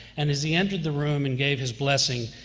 and as he entered the room and gave his blessing,